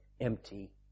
empty